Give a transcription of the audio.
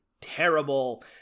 terrible